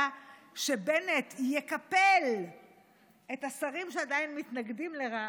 שבנט יקפל את השרים שעדיין מתנגדים לרע"מ,